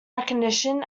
recognition